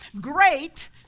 Great